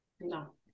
no